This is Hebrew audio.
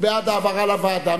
הוא בעד העברה לוועדה,